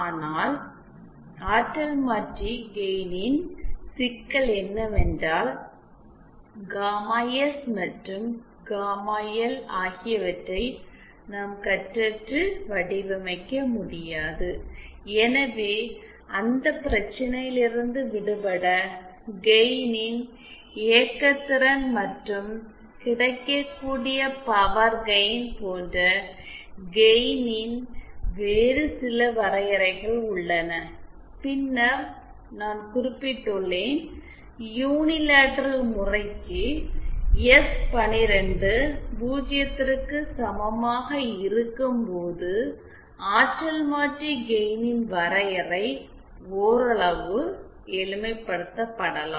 ஆனால் ஆற்றல் மாற்றி கெயினின் சிக்கல் என்னவென்றால் காமா எஸ் மற்றும் காமா எல் ஆகியவற்றை நாம் கட்டற்று வடிவமைக்க முடியாது எனவே அந்தப் பிரச்சினையிலிருந்து விடுபட கெயினின் இயக்க திறன் மற்றும் கிடைக்கக்கூடிய பவர் கெயின் போன்ற கெயினின் வேறு சில வரையறைகள் உள்ளன பின்னர் நான் குறிப்பிட்டுள்ளேன் யூனிலேட்ரல் முறைக்கு எஸ்12 0 க்கு சமமாக இருக்கும்போதுஆற்றல் மாற்றி கெயினின் வரையறை ஓரளவு எளிமைப்படுத்தப்படலாம்